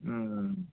ꯎꯝ